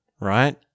right